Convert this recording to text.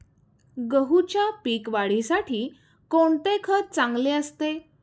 गहूच्या पीक वाढीसाठी कोणते खत चांगले असते?